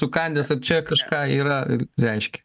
sukandęs ar čia kažką yra reiškia